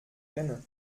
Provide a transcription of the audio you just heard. kenne